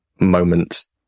moments